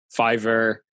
Fiverr